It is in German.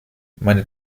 meine